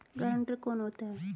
Guarantor कौन होता है?